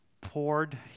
poured